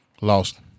lost